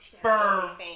firm